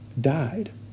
died